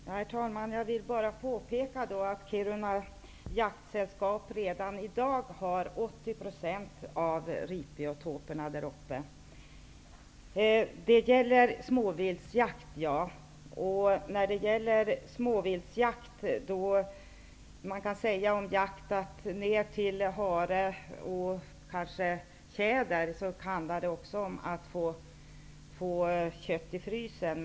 Herr talman! Jag vill påpeka att Kiruna Jaktsällskap redan i dag har 80 % av ripbiotoperna där uppe i norr. Ja, det gäller småviltsjakt. Men när det gäller jakt på djur ner till en hares storlek -- det gäller kanske också tjäder -- handlar det om att få kött till frysen.